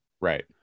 Right